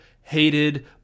hated